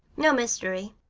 no mystery.